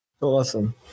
Awesome